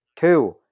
Two